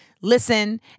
listen